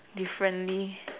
differently